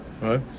right